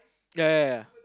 ya ya ya